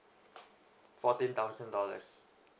fourteen thousand dollars